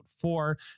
four